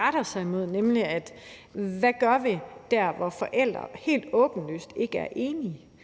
retter sig mod, er spørgsmålet om, hvad vi gør der, hvor forældre helt åbenlyst ikke er enige